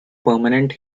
permanent